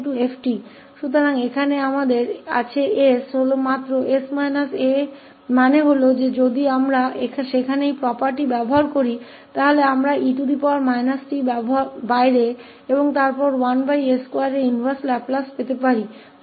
तो यहाँ हमारे पास यह 𝑠 सिर्फ 𝑠 − 𝑎 है इसका मतलब है कि अगर हम इस property का उपयोग वहां करते हैं तो हमारे पास e t बाहर हो सकता है और फिर 1s2का उलटा लाप्लास हो सकता है